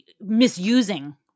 misusing